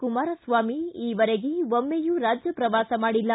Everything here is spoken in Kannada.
ಕುಮಾರಸ್ವಾಮಿ ಈವರೆಗೆ ಒಮ್ಮೆಯೂ ರಾಜ್ಯ ಪ್ರವಾಸ ಮಾಡಿಲ್ಲ